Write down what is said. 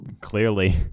Clearly